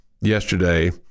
yesterday